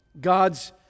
God's